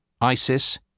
ISIS